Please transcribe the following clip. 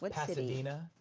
but pasadena.